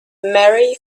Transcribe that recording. marry